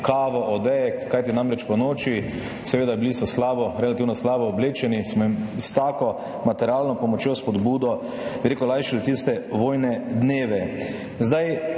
kavo, odeje, kajti ponoči, seveda, bili so relativno slabo oblečeni, smo jim s tako materialno pomočjo, spodbudo, bi rekel, lajšali tiste vojne dneve.